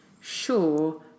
sure